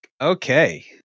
Okay